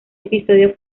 episodio